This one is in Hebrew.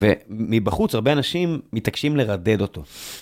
ומבחוץ, הרבה אנשים מתעקשים לרדד אותו.